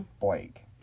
Blake